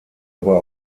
aber